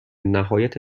نهایت